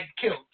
killed